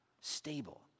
Stable